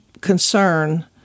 concern